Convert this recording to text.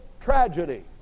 tragedy